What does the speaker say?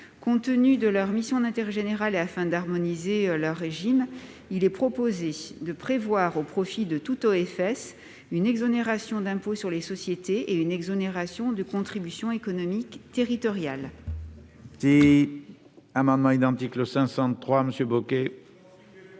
Compte tenu de leur mission d'intérêt général et afin d'harmoniser leur régime, il est proposé de prévoir, au profit de tout organisme de foncier solidaire, une exonération d'impôt sur les sociétés et une exonération de contribution économique territoriale.